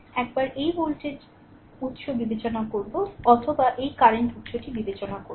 একবার এই ভোল্টেজ উৎস বিবেচনা করবে অথবা এই কারেন্ট উৎসটি বিবেচনা করবে